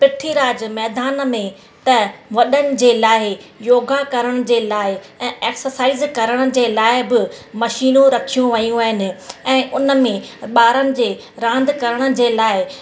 पृथ्वी राज मैदान में त वॾनि जे लाइ योगा करण जे लाइ ऐं एक्ससाईज़ करण जे लाइ बि मशीनूं रखियूं वयूं आहिनि ऐं उन में ॿारनि जे रांदि करण जे लाइ